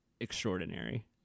extraordinary